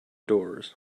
doors